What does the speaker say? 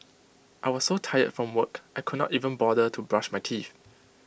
I was so tired from work I could not even bother to brush my teeth